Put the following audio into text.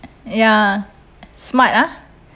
ya smart ah